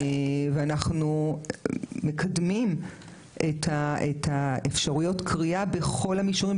אנחנו מקדמים את אפשרויות קריאה בכל המישורים.